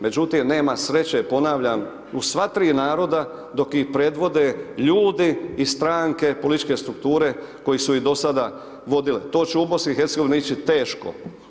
Međutim, nema sreće ponavljam u sva tri naroda dok ih predvode ljudi i stranke, političke strukture koji su ih dosada vodile, to će u BiH ići teško.